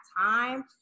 time